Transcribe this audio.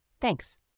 Thanks